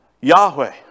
Yahweh